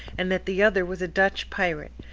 and that the other was a dutch pirate,